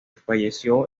fallecido